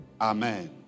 Amen